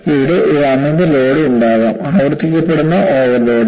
ഇവിടെ ഒരു അമിത ലോഡ് ഉണ്ടാകാം ആവർത്തിക്കപ്പെടുന്ന ഓവർലോഡ്